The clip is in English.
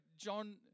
John